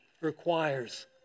requires